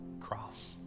cross